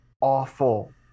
awful